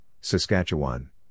Saskatchewan